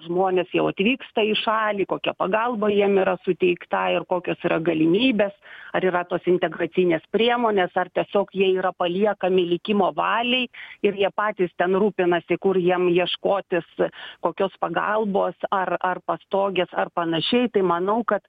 žmonės jau atvyksta į šalį kokia pagalba jiem yra suteikta ir kokios yra galimybės ar yra tos integracinės priemonės ar tiesiog jie yra paliekami likimo valiai ir jie patys ten rūpinasi kur jiem ieškotis kokios pagalbos ar ar pastogės ar panašiai tai manau kad